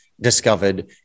discovered